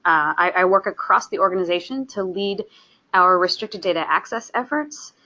i work across the organization to lead our restricted data access efforts.